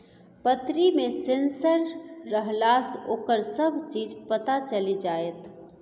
पतरी मे सेंसर रहलासँ ओकर सभ चीज पता चलि जाएत